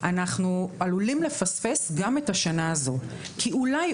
אנחנו עלולים לפספס גם את השנה הזאת כי אולי,